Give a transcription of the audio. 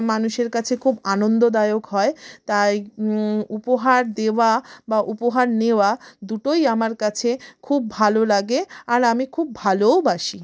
মানুষের কাছে খুব আনন্দদায়ক হয় তাই উপহার দেওয়া বা উপহার নেওয়া দুটোই আমার কাছে খুব ভালো লাগে আর আমি খুব ভালোও বাসি